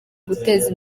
guteza